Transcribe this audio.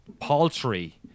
paltry